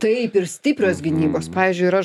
taip ir stiprios gynybos pavyzdžiui yra